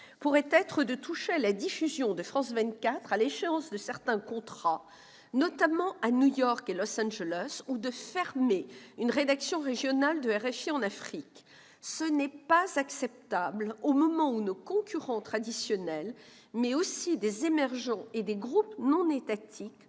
pourrait être de toucher à la diffusion de France 24 à l'échéance de certains contrats, notamment à New York et Los Angeles, ou de fermer une rédaction régionale de RFI en Afrique. Ce n'est pas acceptable au moment où nos concurrents traditionnels, mais aussi des émergents et des groupes non étatiques-